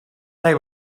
they